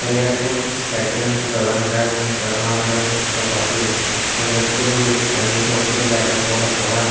పర్యాటకం తగ్గడానికి ప్రధాన కారణం కరోనా వైరస్తో పాటు సందర్శకులకు కనీస వసతులు లేకపోవడం కూడా